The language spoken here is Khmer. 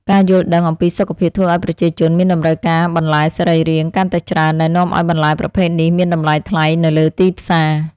ការយល់ដឹងអំពីសុខភាពធ្វើឱ្យប្រជាជនមានតម្រូវការបន្លែសរីរាង្គកាន់តែច្រើនដែលនាំឱ្យបន្លែប្រភេទនេះមានតម្លៃថ្លៃនៅលើទីផ្សារ។